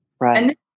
right